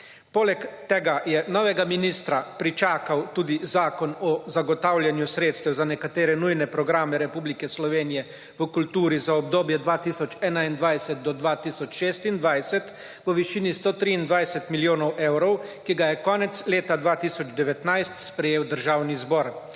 Poleg tega je novega ministra pričakal tudi Zakon o zagotavljanju sredstev za nekatere nujne programe Republike Slovenije v kulturi za obdobje 2021 do 2026 v višini 123 milijonov evrov, ki ga je konec leta 2019 sprejel Državni zbor.